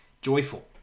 joyful